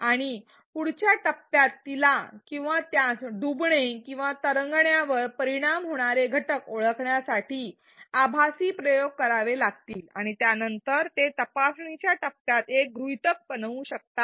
आणि पुढच्या टप्प्यात तिला किंवा त्यास डूबणे किंवा तरंगणाऱ्यावर परिणाम होणारे घटक ओळखण्यासाठी आभासी प्रयोग करावे लागतील आणि त्यानंतर ते तपासणीच्या टप्प्यात एक गृहीतक बनवू शकतात